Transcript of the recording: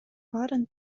баарын